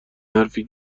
حرفی